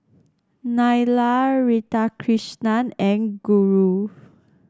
Neila Radhakrishnan and Guru